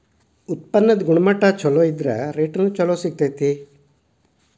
ಉತ್ಪನ್ನ ಗುಣಮಟ್ಟಾ ಚುಲೊ ಇದ್ರ ರೇಟುನು ಚುಲೊ ಸಿಗ್ತತಿ